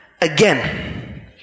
again